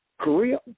Korea